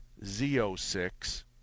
Z06